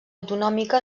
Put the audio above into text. autonòmica